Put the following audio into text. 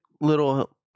little